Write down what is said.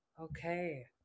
okay